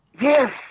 Yes